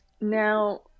Now